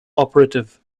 operative